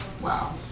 Wow